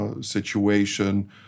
situation